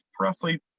roughly